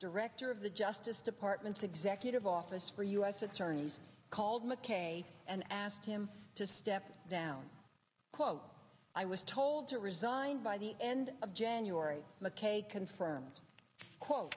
director of the justice department's executive office for u s attorneys called mckay and asked him to step down quote i was told to resign by the end of january mckay confirmed quote